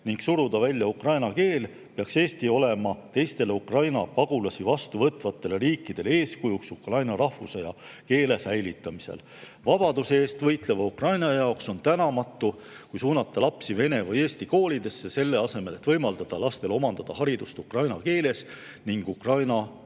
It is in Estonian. ning suruda välja ukraina keel, peaks Eesti olema teistele Ukraina pagulasi vastu võtvatele riikidele eeskujuks ukraina rahvuse ja keele säilitamisel." "Vabaduse eest võitleva Ukraina jaoks on tänamatu, kui suunata lapsi vene või eesti koolidesse, selle asemel, et võimaldada lastel omandada haridust ukraina keeles ning Ukraina õppekava